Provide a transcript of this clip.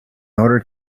order